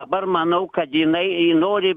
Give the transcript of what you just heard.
dabar manau kad jinai nori